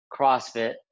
CrossFit